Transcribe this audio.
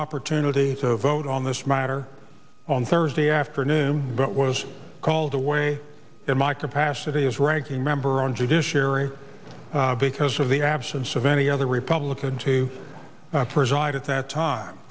opportunity to vote on this matter on thursday afternoon but was called away at my capacity as ranking member on judiciary because of the absence of any other republican to preside at that time